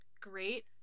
Great